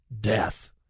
death